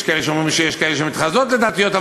יש כאלה שאומרים שיש כאלה שמתחזות לדתיות.